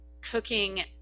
cooking